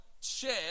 share